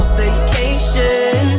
vacation